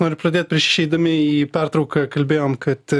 noriu pradėt prieš išeidami į pertrauką kalbėjom kad